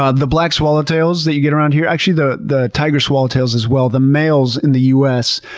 ah the black swallowtails that you get around here, actually the the tiger swallowtails as well, the males in the u s.